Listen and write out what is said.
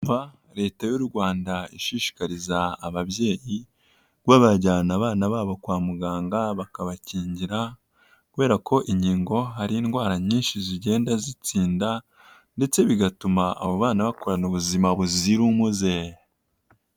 Leta y'Urwanda ishishikariza ababyeyi kuba bajyana abana babo kwa muganga bakabakingira, kubera ko inkingo hari indwara nyinshi zigenda zitsinda ndetse bigatuma abo bana bakurana ubuzima buzira umuze.